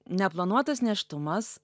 neplanuotas nėštumas